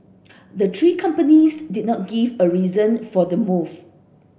the three companies did not give a reason for the move